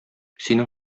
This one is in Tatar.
синең